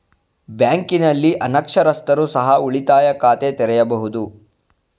ಬ್ಯಾಂಕಿನಲ್ಲಿ ಅನಕ್ಷರಸ್ಥರು ಸಹ ಉಳಿತಾಯ ಖಾತೆ ತೆರೆಯಬಹುದು?